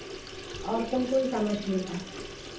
और कौन कौनसा मछली है